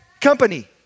company